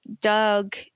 Doug